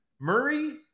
Murray